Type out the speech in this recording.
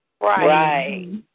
Right